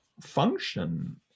function